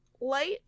light